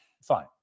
Fine